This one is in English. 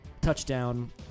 Touchdown